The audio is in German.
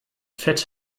fett